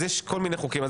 אז יש כל מיני חוקים,